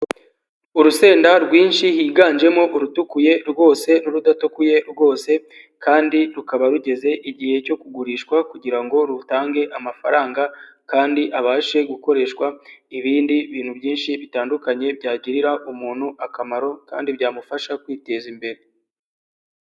Urusenda rwinshi higanjemo urutukuye rwose n'urudatukuye rwose, kandi rukaba rugeze igihe cyo kugurishwa kugira ngo rutange amafaranga kandi abashe gukoreshwa ibindi bintu byinshi bitandukanye byagirira umuntu akamaro, kandi byamufasha kwiteza imbere.